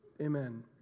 Amen